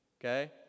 okay